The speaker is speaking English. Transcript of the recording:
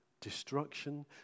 destruction